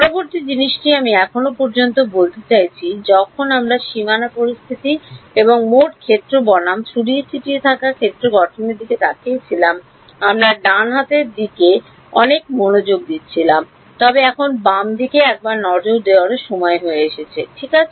পরবর্তী জিনিসটি আমি এখনও পর্যন্ত বলতে চাইছি যখন আমরা সীমানা পরিস্থিতি এবং মোট ক্ষেত্র বনাম ছড়িয়ে ছিটিয়ে থাকা ক্ষেত্র গঠনের দিকে তাকিয়েছিলাম আমরা ডান হাতের দিকে অনেক মনোযোগ দিচ্ছিলাম তবে এখন বাম দিকে একবার নজর দেওয়ারও সময় এসেছে ঠিক আছে